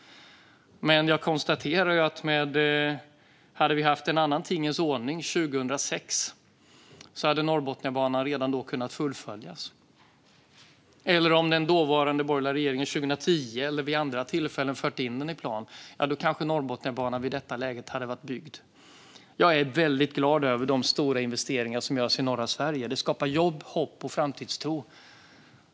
Men om vi hade haft en annan tingens ordning 2006 hade Norrbotniabanan redan kunnat fullföljas. Om den dåvarande borgerliga regeringen hade fört in den i planen 2010 eller vid andra tillfällen kanske Norrbotniabanan redan hade varit byggd. Jag är väldigt glad över de stora investeringar som görs i norra Sverige. De skapar jobb, hopp och framtidstro.